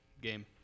game